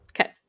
Okay